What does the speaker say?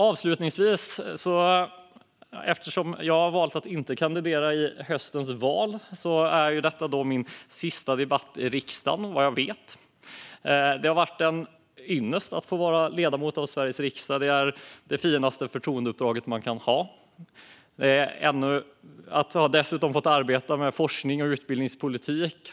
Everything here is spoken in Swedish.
Avslutningsvis: Eftersom jag har valt att inte kandidera i höstens val är detta min sista debatt i riksdagen - vad jag vet. Det har varit en ynnest att få vara ledamot av Sveriges riksdag; det är det finaste förtroendeuppdrag man kan ha. Det har varit väldigt intressant och givande att dessutom ha fått arbeta med forsknings och utbildningspolitik.